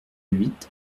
huit